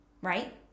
Right